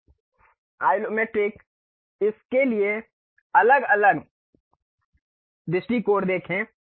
अब आइलोमेट्रिक इसके लिए अलग अलग दृष्टिकोण देखें